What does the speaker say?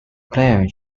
plant